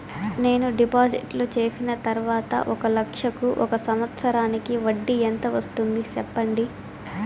నేను డిపాజిట్లు చేసిన తర్వాత ఒక లక్ష కు ఒక సంవత్సరానికి వడ్డీ ఎంత వస్తుంది? సెప్పండి?